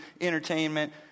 entertainment